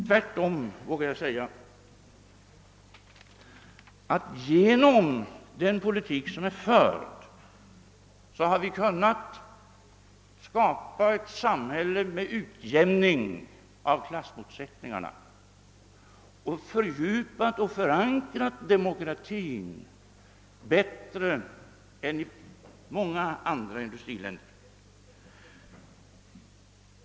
Tvärtom vågar jag säga att vi genom den politik som vi fört kunnat skapa ett samhälle med utjämning av klassmotsättningarna och har fördjupat och förankrat demokratin bättre än i många andra industriländer.